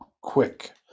quick